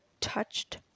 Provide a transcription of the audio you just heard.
touched